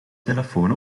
telefoon